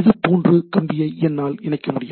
இது போன்று கம்பியை என்னால் இணைக்க முடியாது